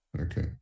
Okay